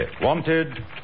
wanted